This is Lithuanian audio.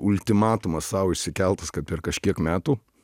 ultimatumas sau išsikeltas kad per kažkiek metų